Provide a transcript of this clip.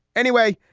anyway,